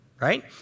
right